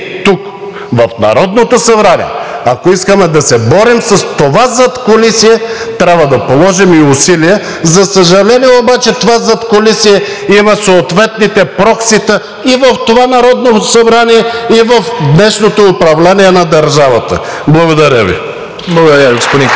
в Народното събрание, ако искаме да се борим с това задкулисие, трябва да положим и усилие. За съжаление обаче, това задкулисие има съответните проксита и в това Народното събрание, и в днешното управление на държавата. Благодаря Ви. (Ръкопляскания от